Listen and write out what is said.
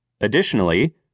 Additionally